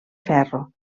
ferro